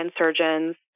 surgeons